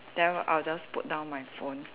then I'll just put down my phone